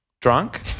drunk